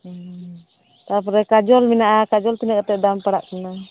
ᱛᱟᱯᱚᱨᱮ ᱠᱟᱡᱚᱞ ᱢᱮᱱᱟᱜᱼᱟ ᱠᱟᱡᱚᱞ ᱛᱤᱱᱟᱹᱜ ᱠᱟᱛᱮ ᱫᱟᱢ ᱯᱟᱲᱟᱜ ᱠᱟᱱᱟ